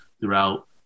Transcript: throughout